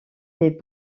des